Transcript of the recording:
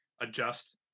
adjust